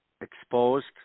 exposed